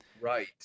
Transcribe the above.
Right